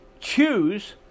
choose